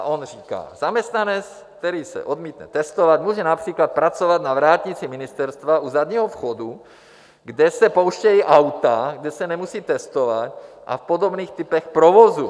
On říká, že zaměstnanec, který se odmítne testovat, může například pracovat na vrátnici ministerstva u zadního vchodu, kde se pouštějí auta, kde se nemusí testovat, a v podobných typech provozu.